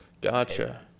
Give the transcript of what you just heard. Gotcha